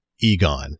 Egon